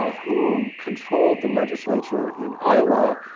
ah who controlled the legislature in iowa,